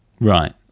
Right